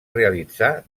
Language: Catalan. realitzar